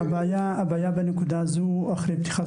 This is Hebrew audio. הבעיה בנקודה הזו היא שפתיחה אחרי תחילת